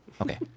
Okay